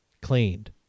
cleaned